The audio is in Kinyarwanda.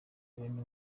bene